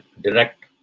direct